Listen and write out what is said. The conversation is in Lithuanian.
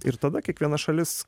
ir tada kiekviena šalis